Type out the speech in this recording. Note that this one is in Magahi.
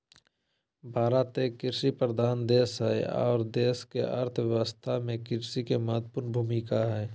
भारत एक कृषि प्रधान देश हई आर देश के अर्थ व्यवस्था में कृषि के महत्वपूर्ण भूमिका हई